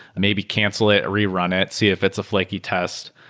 maybe cancel it, rerun it, see if it's a flaky test,